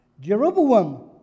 Jeroboam